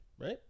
right